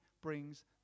brings